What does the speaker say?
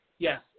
Yes